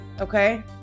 Okay